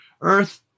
earth